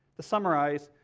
to summarize,